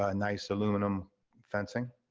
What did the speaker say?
ah nice aluminum fencing.